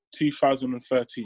2013